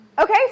Okay